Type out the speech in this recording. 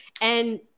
And-